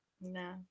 No